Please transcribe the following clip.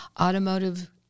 automotive